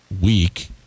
week